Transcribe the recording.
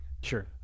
Sure